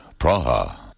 Praha